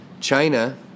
China